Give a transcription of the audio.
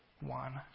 one